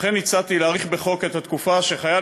לכן הצעתי להאריך בחוק את התקופה שחייל